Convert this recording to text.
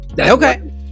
Okay